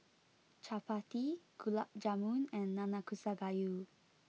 Chapati Gulab Jamun and Nanakusa Gayu